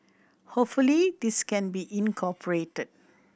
hopefully this can be incorporated